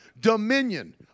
dominion